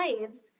lives